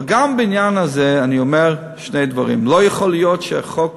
אבל גם בעניין הזה אני אומר שני דברים: לא יכול להיות שחוק